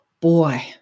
boy